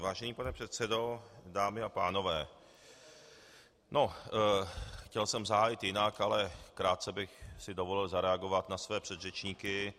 Vážený pane předsedo, dámy a pánové, chtěl jsem zahájit jinak, ale krátce bych si dovolil zareagovat na své předřečníky.